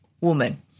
woman